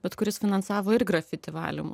bet kuris finansavo ir grafiti valymą